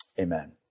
Amen